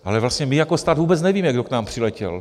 Ale vlastně my jako stát vůbec nevíme, kdo k nám přiletěl.